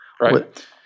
Right